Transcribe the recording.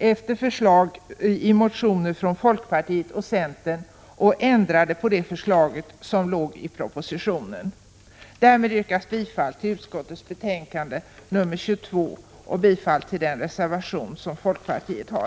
efter förslag i motioner från folkpartiet och centern, accepterade att behålla den nuvarande besvärsordningen och ändrade på det förslag som fanns i propositionen. Därmed yrkar jag bifall till folkpartiets reservation och i övrigt till utskottets hemställan i betänkande nr 22.